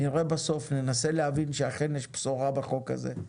נראה בסוף, ננסה להבין שאכן יש בשורה בחוק הזה.